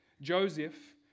Joseph